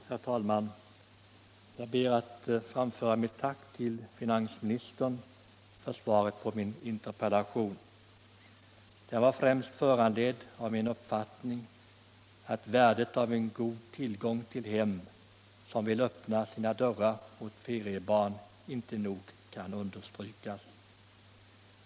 Herr talman! Jag ber att få framföra mitt tack till finansministern för svaret på min interpellation. Den var främst föranledd av min uppfattning att värdet av god tillgång till hem som vill öppna sina dörrar åt feriebarn inte nog kan understrykas.